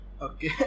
Okay